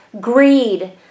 greed